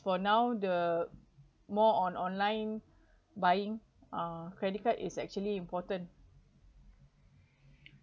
for now the more on online buying uh credit card is actually important